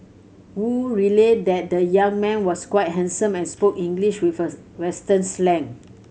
Wu relayed that the young man was quite handsome and spoke English with us western slang